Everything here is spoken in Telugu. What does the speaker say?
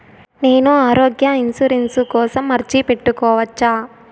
నేను ఆరోగ్య ఇన్సూరెన్సు కోసం అర్జీ పెట్టుకోవచ్చా?